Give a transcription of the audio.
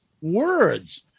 words